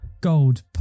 Gold